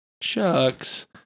Shucks